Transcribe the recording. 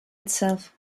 itself